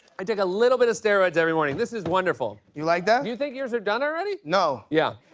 i take a little bit of steroids every morning. this is wonderful. you like that? you think yours are done already? no. yeah.